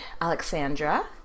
Alexandra